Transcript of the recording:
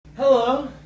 Hello